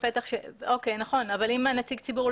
ואני הייתי חלק ממנו,